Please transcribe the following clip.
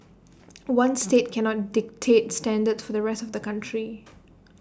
one state cannot dictate standards for the rest of the country